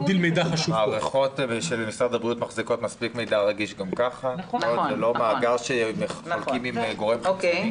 מערכות משרד הבריאות מחזיקות מידע רגיש וזה לא מאגר שעובר לגורם חיצוני.